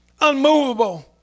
Unmovable